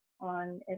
on